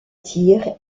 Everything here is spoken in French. tir